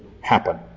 happen